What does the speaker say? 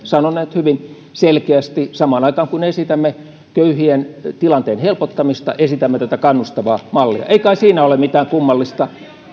sanoneet hyvin selkeästi samaan aikaan kun esitämme köyhien tilanteen helpottamista esitämme tätä kannustavaa mallia ei kai siinä ole mitään kummallista